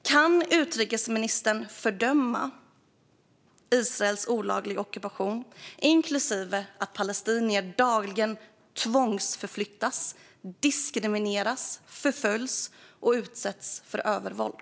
Kan utrikesministern fördöma Israels olagliga ockupation, inklusive att palestinier dagligen tvångsförflyttas, diskrimineras, förföljs och utsätts för övervåld?